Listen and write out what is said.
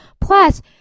plus